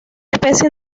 especie